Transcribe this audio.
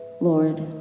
Lord